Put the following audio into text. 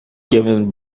given